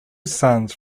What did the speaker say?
sons